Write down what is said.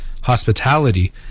hospitality